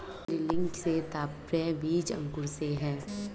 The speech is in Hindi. सीडलिंग से तात्पर्य बीज अंकुरण से है